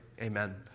Amen